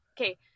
Okay